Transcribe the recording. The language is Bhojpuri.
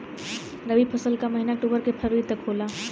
रवी फसल क महिना अक्टूबर से फरवरी तक होला